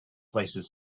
places